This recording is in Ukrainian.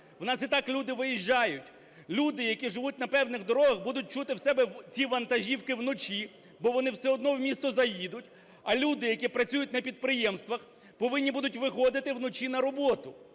В нас і так люди виїжджають. Люди, які живуть на певних дорогах, будуть чути в себе ці вантажівки вночі, бо вони все одно в місто заїдуть, а люди, які працюють на підприємствах, повинні будуть виходити вночі на роботу.